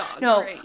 No